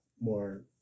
more